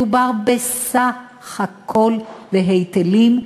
מדובר בסך הכול בהיטלים,